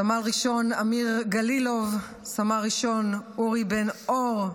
סמל ראשון אמיר גלילוב, סמל ראשון אורי בר אור,